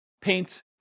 paint